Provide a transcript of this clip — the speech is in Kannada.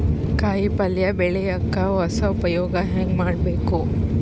ಕಾಯಿ ಪಲ್ಯ ಬೆಳಿಯಕ ಹೊಸ ಉಪಯೊಗ ಹೆಂಗ ಮಾಡಬೇಕು?